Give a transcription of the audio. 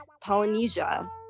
Polynesia